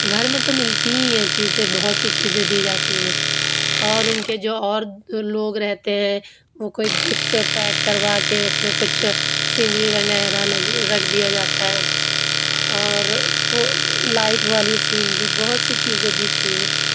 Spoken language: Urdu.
گھر میں تو ملتی ہی ہیں چیزے بہت سی چیزے دی جاتی ہیں اور ان کے جو اور لوگ رہتے ہیں وہ کوئی گفٹ پیک کروا کے اس میں کچھ سینری وغیرہ لگ رکھ دیا جاتا ہے اور فو لائٹ والی سینری بہت سی چیزے دیتی ہیں